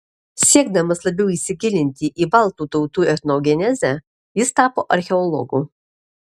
siekdamas labiau įsigilinti į baltų tautų etnogenezę jis tapo archeologu